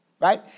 Right